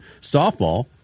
softball